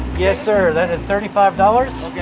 yes, sir. that is thirty five dollars.